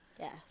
yes